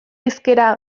hizkera